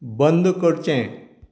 बंद करचें